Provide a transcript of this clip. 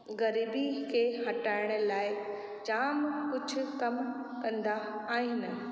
ग़रीबी खे हटाइण लाइ जामु कुझु कमु कंदा आहिनि